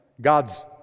God's